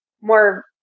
More